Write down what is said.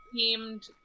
themed